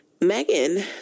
Megan